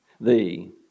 thee